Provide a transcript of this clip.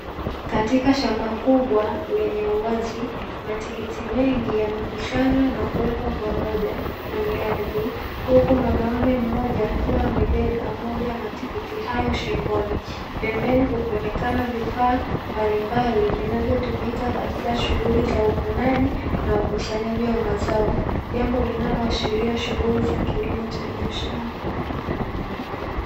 Katika shamba kubwa lenye uwazi matikiti mengi yamekusanywa na kupangwa pamoja kwenye ardhi huku mwanaume mmoja amebeba moja ya matikiti hayo shingoni, pembeni kukionekana vifaa mbalimbali vinavyotumika katika shughuli za uvunaji na ukusanyaji wa mazao, jambo linaloashiria shughuli za kilimo cha biashara.